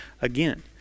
Again